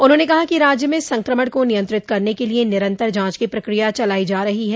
उन्होंने कहा कि राज्य में संक्रमण को नियंत्रित करने के लिये निरन्तर जांच की प्रक्रिया चलाई जा रही है